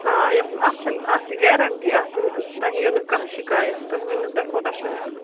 آ اَتھ چھَنہٕ اَتھ چھِ گیرٮ۪نٛٹی اَتھ چھَنہٕ تۄہہِ یِیو نہٕ کانٛہہ شِکایَت تُہۍ ؤنِو تۄہہِ کوتاہ چھُ نِیُن